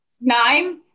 Nine